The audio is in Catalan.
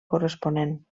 corresponent